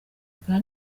bwa